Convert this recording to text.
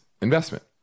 investment